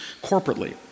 corporately